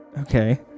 Okay